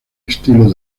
estilo